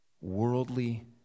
worldly